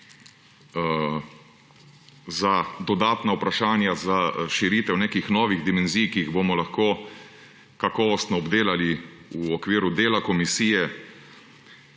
za dodatna vprašanja, za širitev nekih novih dimenzij, ki jih bomo lahko kakovostno obdelali v okviru dela komisije,